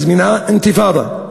מזמינה אינתיפאדה,